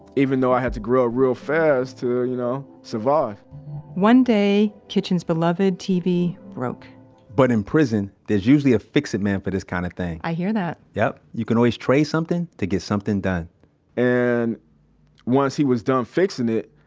even though i had to grow up real fast to you know survive one day, kitchen's beloved tv broke but in prison, there's usually a fix-it man for this kind of thing i hear that yep, you can always trade something to get something done and once he was done fixing it,